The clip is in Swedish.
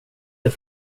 det